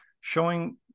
showing